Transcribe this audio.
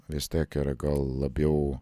vis tiek yra gal labiau